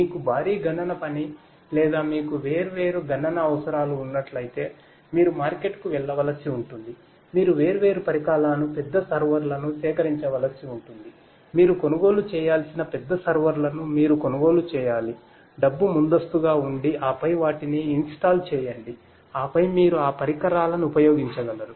మీకు భారీ గణన పని లేదా మీకు వేర్వేరు గణన అవసరాలు ఉన్నట్లయితే మీరు మార్కెట్కు వెళ్ళవలసి ఉంటుంది మీరు వేర్వేరు పరికరాలను పెద్ద సర్వర్లను సేకరించవలసి ఉంటుంది మీరు కొనుగోలు చేయాల్సిన పెద్ద సర్వర్లను మీరు కొనుగోలు చేయాలి డబ్బు ముందస్తుగా ఉండి ఆపై వాటిని ఇన్స్టాల్ చేయండి ఆపై మీరు ఆ పరికరాలను ఉపయోగించగలరు